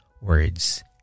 words